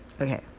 Okay